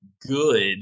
good